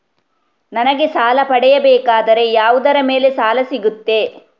ನನಗೆ ಸಾಲ ಪಡೆಯಬೇಕಾದರೆ ಯಾವುದರ ಮೇಲೆ ಸಾಲ ಸಿಗುತ್ತೆ?